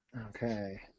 Okay